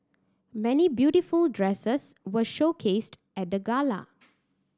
many beautiful dresses were showcased at the gala